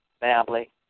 family